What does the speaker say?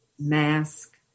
mask